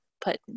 put